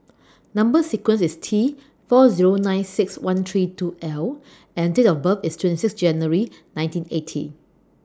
Number sequence IS T four Zero nine six one three two L and Date of birth IS twenty six January nineteen eighty